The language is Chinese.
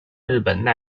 日本